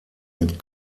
mit